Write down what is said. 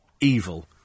Evil